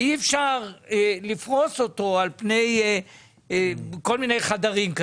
ואי אפשר לפרוס אותו על פני כל מיני חדרים.